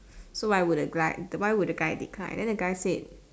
so why would the guy the why would the guy decline then the guy said